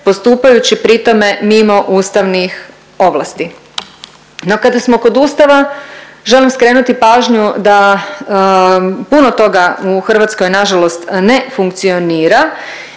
postupajući pri tome mimo ustavnih ovlasti. No kada smo kod Ustava, želim skrenuti pažnju da puno toga u Hrvatskoj nažalost ne funkcionira